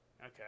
Okay